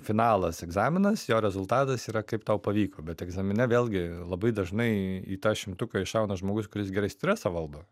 finalas egzaminas jo rezultatas yra kaip tau pavyko bet egzamine vėlgi labai dažnai į tą šimtuką iššauna žmogus kuris gerai stresą valdo